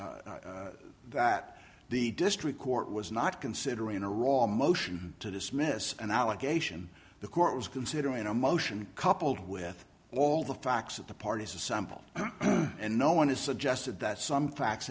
is that the district court was not considering a roll motion to dismiss an allegation the court was considering a motion coupled with all the facts that the parties assemble and no one has suggested that some facts